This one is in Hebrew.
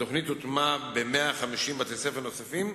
התוכנית תוטמע ב-150 בתי-ספר נוספים,